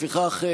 לפיכך,